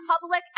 public